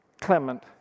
clement